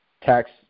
tax